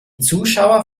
zuschauer